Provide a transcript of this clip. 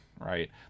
right